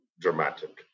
dramatic